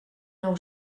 nou